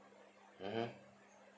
mmhmm